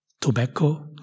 tobacco